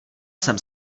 jsem